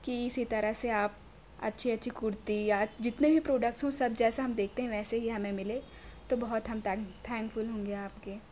کہ اسی طرح سے آپ اچھی اچھی کُرتی یا جتنے بھی پروڈکٹس ہو سب جیسا ہم دیکھتے ہیں ویسا ہی ہمیں ملے تو بہت ہم تھینک فل ہوں گے آپ کے